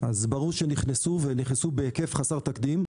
אז ברור שנכנסו בהיקף חסר תקדים.